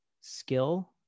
skill